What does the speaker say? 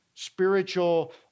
Spiritual